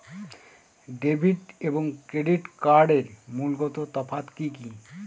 Debit এবং credit কার্ডের মূলগত তফাত কি কী?